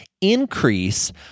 increase